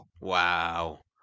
Wow